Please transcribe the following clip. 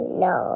no